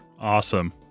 awesome